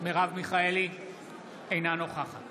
אינה נוכחת